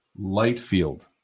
Lightfield